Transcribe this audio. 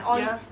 ya